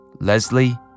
Leslie